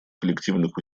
коллективных